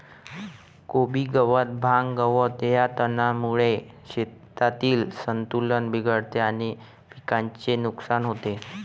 कोबी गवत, भांग, गवत या तणांमुळे शेतातील संतुलन बिघडते आणि पिकाचे नुकसान होते